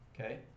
Okay